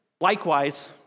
Likewise